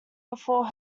before